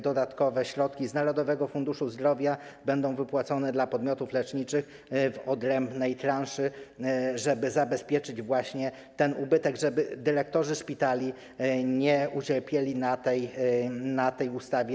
Dodatkowe środki z Narodowego Funduszu Zdrowia będą wypłacone podmiotom leczniczym w odrębnej transzy, żeby zabezpieczyć właśnie ten ubytek, żeby dyrektorzy szpitali nie ucierpieli na tej ustawie.